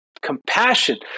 compassion